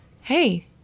hey